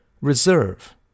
reserve